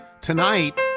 Tonight